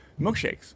milkshakes